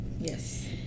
Yes